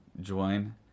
join